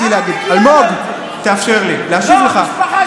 תאפשר לי להשיב לך,